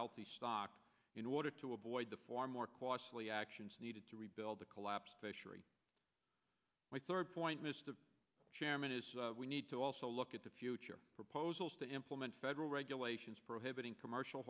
healthy stock in order to avoid the four more costly actions needed to rebuild the collapsed fishery my third point mr chairman is we need to also look at the future proposals to implement federal regulations prohibiting commercial